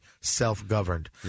self-governed